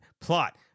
Plot